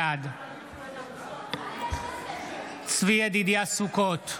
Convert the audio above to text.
בעד צבי ידידיה סוכות,